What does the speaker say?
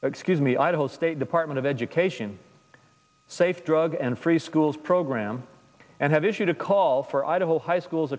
excuse me idaho state department of education safe drug and free schools program and have issued a call for idaho high schools